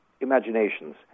imaginations